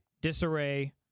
Disarray